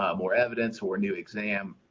um more evidence or a new exam.